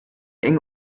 eng